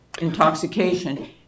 intoxication